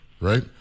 right